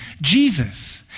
Jesus